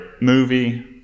movie